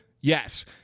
Yes